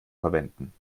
verwenden